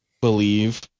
believe